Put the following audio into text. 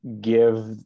give